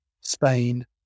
Spain